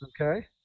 Okay